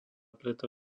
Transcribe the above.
preto